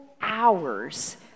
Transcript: hours